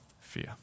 fear